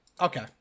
Okay